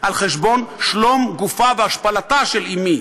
על חשבון שלום גופה והשפלתה של אמי,